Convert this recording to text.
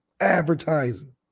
advertising